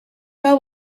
wel